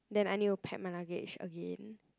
then I need to pack my luggage again